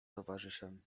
towarzyszem